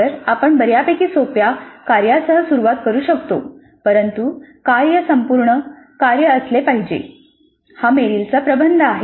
तर आपण बर्यापैकी सोप्या कार्यासह सुरुवात करू शकतो परंतु कार्य संपूर्ण कार्य असले पाहिजे हा मेरिलचा प्रबंध आहे